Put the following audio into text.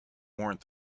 warrant